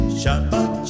shabbat